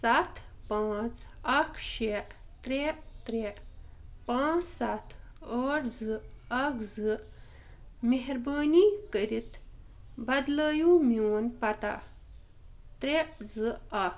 سَتھ پانٛژھ اَکھ شےٚ ترٛےٚ ترٛےٚ پانٛژھ سَتھ ٲٹھ زٕ اَکھ زٕ مہربٲنی کٔرِتھ بدلٲیُو میٛون پتہ ترٛےٚ زٕ اَکھ